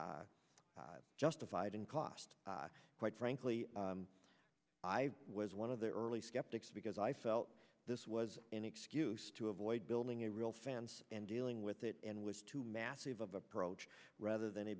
justified and cost quite frankly i was one of the early skeptics because i felt this was an excuse to avoid building a real fans and dealing with it and was to massive approach rather than